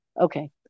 Okay